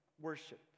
worship